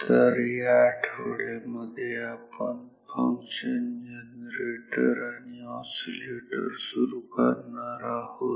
तर या आठवड्यामध्ये आपण फंक्शन जनरेटर आणि ऑसीलेटर सुरू करणार आहोत